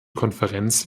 konferenz